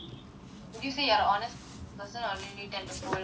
would you say you are honest or do you tend to hold your thoughts back